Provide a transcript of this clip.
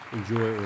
Enjoy